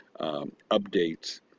updates